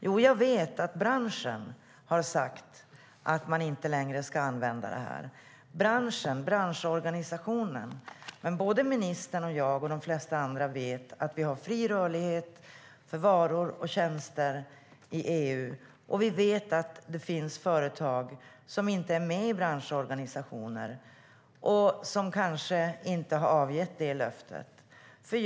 Jo, jag vet att branschen har sagt att man inte längre ska använda den, alltså branschorganisationen. Men ministern, jag och de flesta andra vet att det är fri rörlighet för varor och tjänster i EU, och vi vet att det finns företag som inte är med i branschorganisationer och som kanske inte har avgett ett sådant löfte.